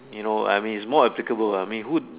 you know I mean it's more applicable I mean who